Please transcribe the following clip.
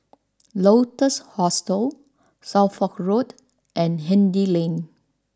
Lotus Hostel Suffolk Road and Hindhede Lane